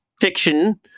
fiction